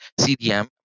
CDM